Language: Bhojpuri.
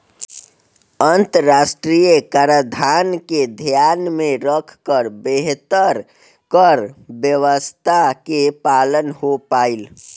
अंतरराष्ट्रीय कराधान के ध्यान में रखकर बेहतर कर व्यावस्था के पालन हो पाईल